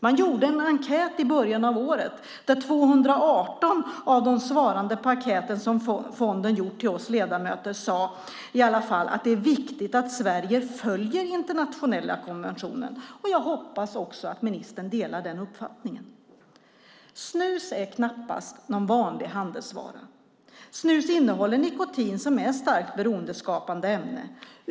Man gjorde en enkät i början av året där 218 av de svarande på den enkät som fonden skickat till oss ledamöter i alla fall sade att det är vikigt att Sverige följer internationella konventioner. Jag hoppas att ministern också delar den uppfattningen. Snus är knappast en vanlig handelsvara. Snus innehåller nikotin som är ett starkt beroendeskapande ämne.